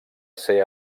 ser